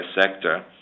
sector